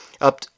up